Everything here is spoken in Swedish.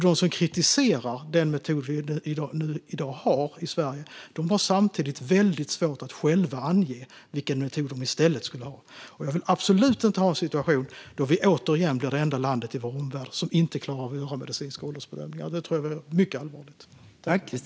De som kritiserar den metod som vi i dag har i Sverige har samtidigt svårt att själva ange vilken de skulle vilja ha i stället. Jag vill absolut inte ha en situation där vi återigen blir det enda landet i vår omvärld som inte klarar av att göra medicinska åldersbedömningar. Det vore mycket allvarligt.